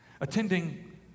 Attending